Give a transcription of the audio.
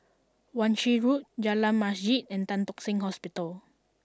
Wan Shih Road Jalan Masjid and Tan Tock Seng Hospital